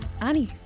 Annie